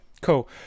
cool